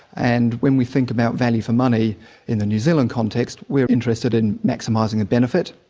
and when we think about value for money in the new zealand context we're interested in maximising a benefit,